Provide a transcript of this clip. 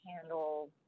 handle